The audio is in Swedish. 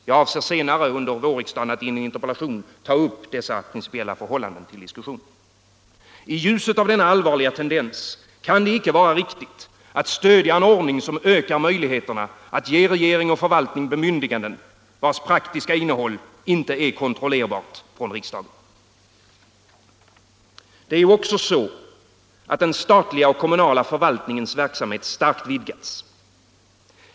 Jag avser att senare under vårriksdagen i en interpellation ta upp dessa principiella förhållanden till diskussion. I ljuset av denna allvarliga tendens kan det inte vara riktigt att stödja en ordning, som ökar möjligheterna att ge regering och förvaltning bemyndiganden, vilkas praktiska innehåll inte är kontrollerbart från riksdagen. Den statliga och kommunala förvaltningens verksamhet har starkt vidgats.